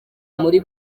muri